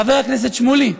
חבר הכנסת שמולי,